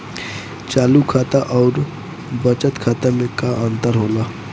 चालू खाता अउर बचत खाता मे का अंतर होला?